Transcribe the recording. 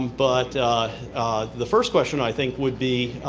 but the first question, i think, would be,